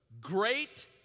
great